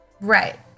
Right